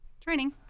Training